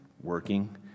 working